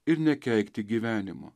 ir nekeikti gyvenimo